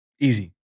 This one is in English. Easy